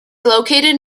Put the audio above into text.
located